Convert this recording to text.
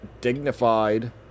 dignified